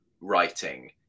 writing